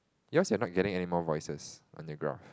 yours are not getting anymore voices on the graph